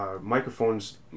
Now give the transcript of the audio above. microphones